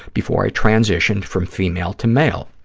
before i transitioned from female to male.